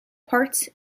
parts